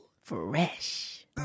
Fresh